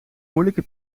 moeilijke